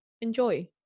enjoy